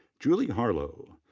julie harlow.